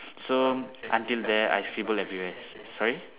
so until there I scribble everywhere sorry